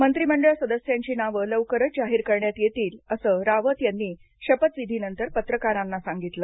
मंत्रीमंडळ सदस्यांची नावं लवकरच जाहीर करण्यात येतील असं रावत यांनी शपथविधीनंतर पत्रकारांना सांगितलं